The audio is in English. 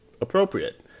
appropriate